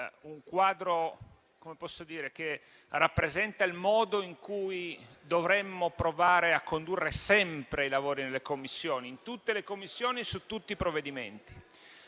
un quadro che rappresenta il modo in cui dovremmo provare a condurre sempre i lavori nelle Commissioni, in tutte le Commissioni e su tutti i provvedimenti.